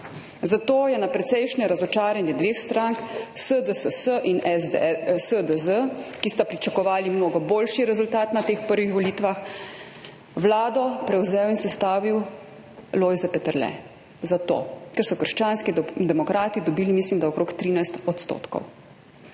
Zato je na precejšnje razočaranje dveh strank, SDSS in SDZ, ki sta pričakovali mnogo boljši rezultat na teh prvih volitvah, vlado prevzel in sestavil Lojze Peterle. Zato. Ker so Krščanski demokrati dobili, mislim, da okrog 13 %.